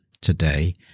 today